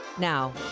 Now